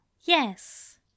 yes